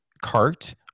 cart